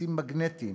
כרטיסים מגנטיים